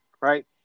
right